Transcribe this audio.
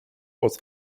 aus